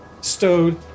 stowed